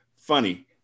funny